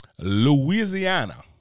Louisiana